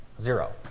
zero